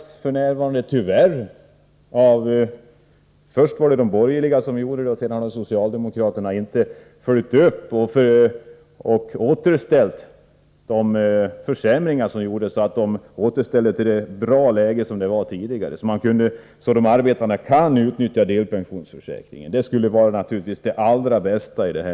Den försäkringen motarbetades först av de borgerliga, och sedan har socialdemokraterna tyvärr inte följt upp saken och efter försämringarna återställt det fina läge som rådde tidigare. Möjlighet för arbetarna att utnyttja delpensionsförsäkringen skulle naturligtvis vara det allra bästa just nu.